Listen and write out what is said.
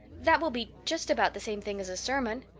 that will be just about the same thing as a sermon.